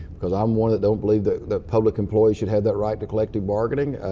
because i'm one that don't believe that that public employees should have that right to collective bargaining.